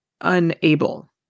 unable